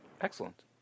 excellent